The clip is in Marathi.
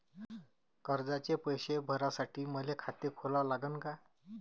कर्जाचे पैसे भरासाठी मले दुसरे खाते खोला लागन का?